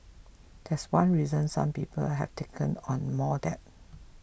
that's one reason some people have taken on more debt